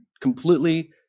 completely